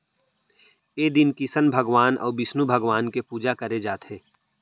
ए दिन किसन भगवान अउ बिस्नु भगवान के पूजा करे जाथे